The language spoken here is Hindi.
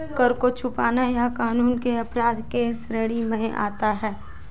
कर को छुपाना यह कानून के अपराध के श्रेणी में आता है